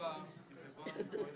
חברה בע"מ.